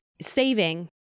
saving